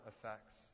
effects